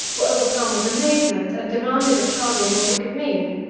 were overcome with amazement, and demanded of charmian what it could mean.